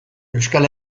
euskal